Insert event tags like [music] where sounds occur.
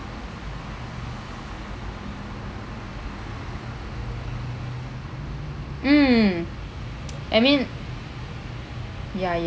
mm [noise] I mean ya